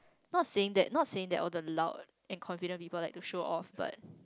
not saying that not saying that all the loud and confident people like to show off but